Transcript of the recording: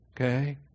Okay